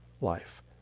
life